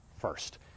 first